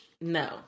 No